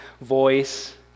voice